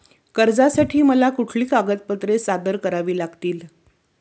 कर्जासाठी मला कुठली कागदपत्रे सादर करावी लागतील?